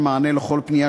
טוב,